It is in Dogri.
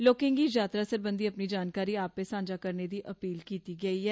लोकें गी यात्रा सरबंधी अपनी जानकारी आपे सांझां करने दी अपील कीती गेई ऐ